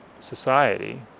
society